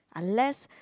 unless